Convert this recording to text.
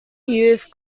youth